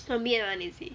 the 面 [one] is it